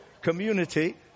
Community